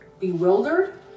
Bewildered